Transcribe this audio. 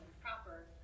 proper